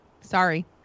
Sorry